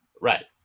Right